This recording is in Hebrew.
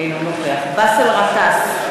אינו נוכח באסל גטאס,